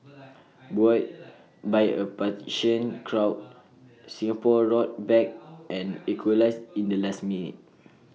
buoyed by A partisan crowd Singapore roared back and equalised in the last minute